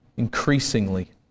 increasingly